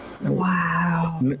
Wow